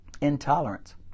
Intolerance